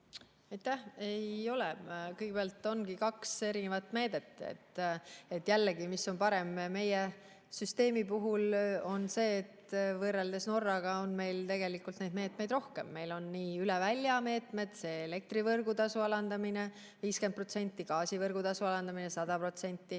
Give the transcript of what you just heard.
Ei ole. Kõigepealt, ongi kaks erinevat meedet. Jällegi, meie süsteemi puhul on parem see, et võrreldes Norraga on meil tegelikult neid meetmeid rohkem. Meil on üleväljameetmed – elektri võrgutasu alandamine 50%, gaasi võrgutasu alandamine 100%